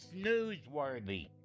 newsworthy